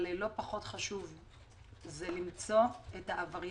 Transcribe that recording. אבל לא פחות חשוב זה למצוא את העבריינים.